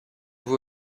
vous